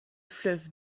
fleuve